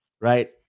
right